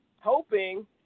hoping